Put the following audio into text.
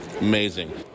Amazing